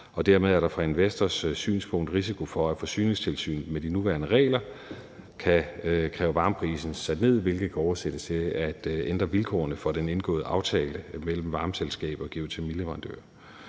dermed er der fra en investors synspunkt en risiko for, at Forsyningstilsynet med de nuværende regler kan kræve varmeprisen sat ned, hvilket kan oversættes til at ændre vilkårene for den indgåede aftale mellem varmeselskabet og geotermileverandøren.